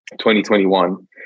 2021